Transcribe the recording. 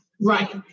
Right